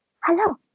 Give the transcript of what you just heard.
Hello